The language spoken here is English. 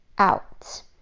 out